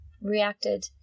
reacted